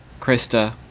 Krista